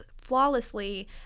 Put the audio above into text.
Flawlessly